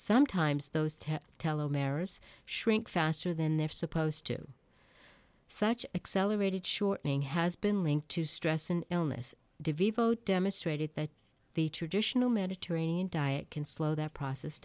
sometimes those ten tello mares shrink faster than they're supposed to such accelerated shortening has been linked to stress and illness devote demonstrated that the traditional mediterranean diet can slow that process